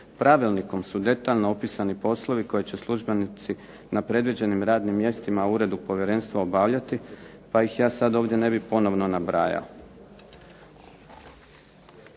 Pravilnikom su detaljno opisani poslovi koji će službenici na predviđenim radnim mjestima u uredu povjerenstva obavljati, pa ih ja sada ovdje ne bih ponovno nabrajao.